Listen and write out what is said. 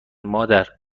مادر